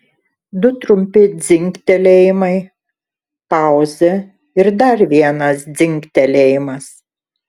du trumpi dzingtelėjimai pauzė ir dar vienas dzingtelėjimas